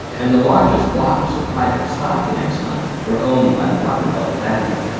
and the largest blocs of private stock in exxon were owned by the rockefeller family.